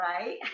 right